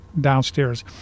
downstairs